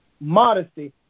modesty